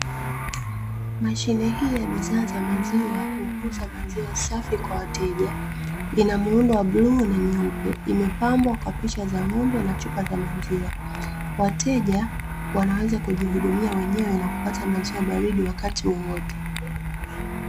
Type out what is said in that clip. Mashine hii ya bidhaa za maziwa huuza maziwa safi kwa wateja, ina muundo wa blue na nyeupe, imepambwa kwa picha za ng'ombe na chupa za maziwa. Wateja wanaweza kujihudumia wenyewe na kupata maziwa baridi wakati wowote.